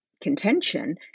contention